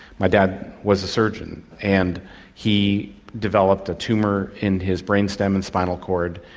my dad was a surgeon, and he developed a tumour in his brain stem and spinal cord,